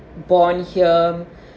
born here